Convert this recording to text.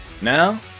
Now